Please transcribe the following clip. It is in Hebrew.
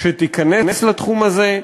שתיכנס לתחום הזה,